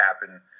happen